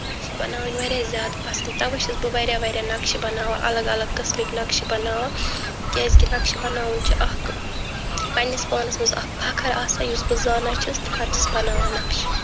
نقشہٕ بناوٕنۍ واریاہ زیادٕ پسنٛد تَوَے چھَس بہٕ واریاہ واریاہ نقشہِ بناوان الگ الگ قٕسمٕکۍ نقشہٕ بناوان کیٛازِ کہِ نقشہٕ بناوُن چھُ اَکھ پنٛنِس پانَس منٛز اَکھ فخر آسان یُس بہٕ زانان چھَس تہٕ پَتہٕ چھَس بناوان نقشہٕ